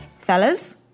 Fellas